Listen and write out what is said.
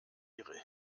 ihre